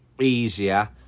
easier